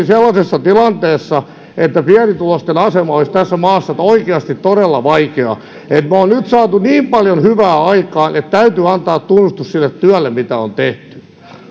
sellaisessa tilanteessa että pienituloisten asema olisi tässä maassa oikeasti todella vaikea me olemme nyt saaneet niin paljon hyvää aikaan että täytyy antaa tunnustus sille työlle mitä on tehty